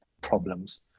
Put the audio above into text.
problems